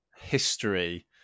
history